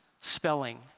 spelling